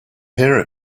hear